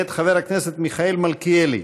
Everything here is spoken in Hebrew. מאת חבר הכנסת מיכאל מלכיאלי.